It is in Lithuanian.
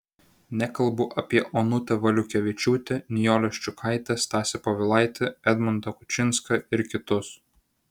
nekalbu apie onutę valiukevičiūtę nijolę ščiukaitę stasį povilaitį edmundą kučinską ir kitus